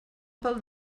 pel